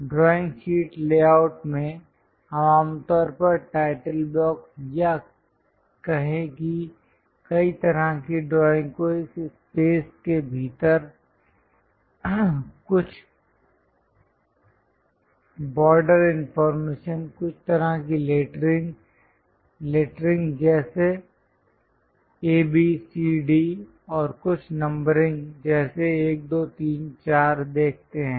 drawing sheet layout में हम आमतौर पर टाइटल ब्लॉक या कहे कि कई तरह की ड्राइंग को इस स्पेस के भीतर कुछ बॉर्डर इंफॉर्मेशन कुछ तरह की लेटरिंग जैसे A B C D और कुछ नंबरिंग जैसे 1 2 3 4 देखते हैं